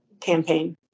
campaign